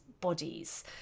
bodies